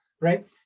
right